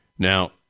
Now